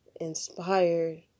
inspired